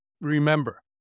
Remember